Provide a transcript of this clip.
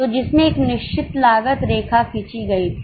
तो जिसमें एक निश्चित लागत रेखा खींची गई थी